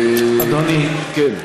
אדוני, כן.